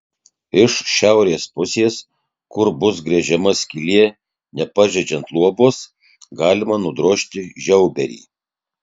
iš šiaurės pusės kur bus gręžiama skylė nepažeidžiant luobos galima nudrožti žiauberį